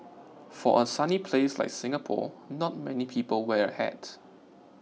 for a sunny place like Singapore not many people wear a hat